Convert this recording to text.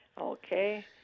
Okay